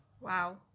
Wow